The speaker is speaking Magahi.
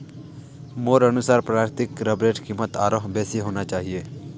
मोर अनुसार प्राकृतिक रबरेर कीमत आरोह बेसी होना चाहिए